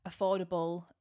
affordable